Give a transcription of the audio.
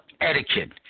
etiquette